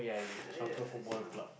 saw uh I saw